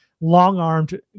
long-armed